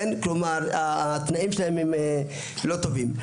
כלומר התנאים שלהם לא טובים.